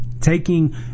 Taking